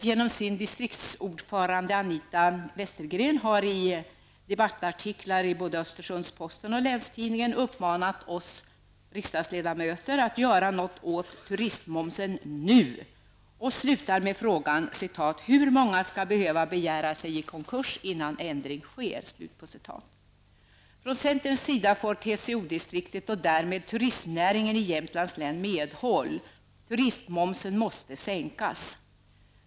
Posten och Länstidningen uppmanat oss riksdagsledamöter att göra något åt turistmomsen nu och slutar med frågan: ''Hur många skall behöva begära sig i konkurs innan ändring sker?'' Från centerns sida får TCO-distriktet och därmed turistnäringen i Jämtlands län medhåll. Turistmomsen måste sänkas.